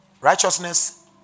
righteousness